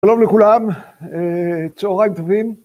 שלום לכולם, צהריים טובים.